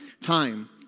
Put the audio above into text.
time